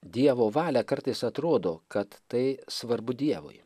dievo valią kartais atrodo kad tai svarbu dievui